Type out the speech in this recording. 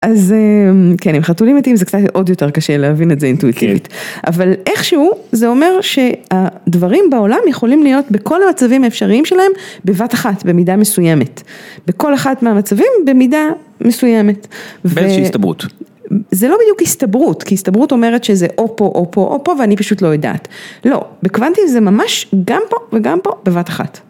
אז כן, עם חתולים מתים, זה קצת עוד יותר קשה להבין את זה אינטואיטיביות. אבל איכשהו, זה אומר שהדברים בעולם יכולים להיות בכל המצבים האפשריים שלהם, בבת אחת, במידה מסוימת. בכל אחד מהמצבים, במידה מסוימת. באיזה שהיא הסתברות. זה לא בדיוק הסתברות, כי הסתברות אומרת שזה או פה או פה או פה ואני פשוט לא יודעת. לא, בקוונטים זה ממש גם פה וגם פה בבת אחת.